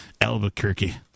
Albuquerque